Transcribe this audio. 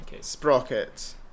sprocket